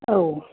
औ